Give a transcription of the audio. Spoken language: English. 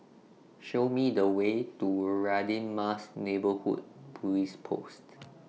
Show Me The Way to Radin Mas Neighbourhood Police Post